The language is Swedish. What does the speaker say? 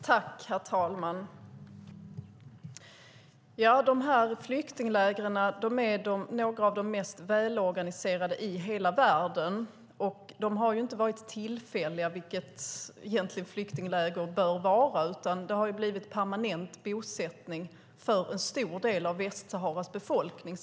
Herr talman! Flyktinglägren är några av de mest välorganiserade i hela världen. De har inte varit tillfälliga, vilket flyktingläger bör vara. Sedan nästan 40 år tillbaka utgör de en permanent bosättning för en stor del av Västsaharas befolkning.